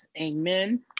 Amen